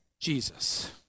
Jesus